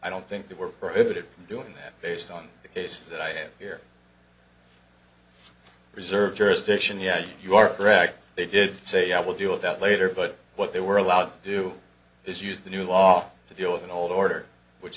i don't think they were prohibited from doing that based on the case that i am here to preserve jurisdiction yes you are correct they did say i will do all of that later but what they were allowed to do is use the new law to deal with an old order which